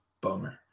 bummer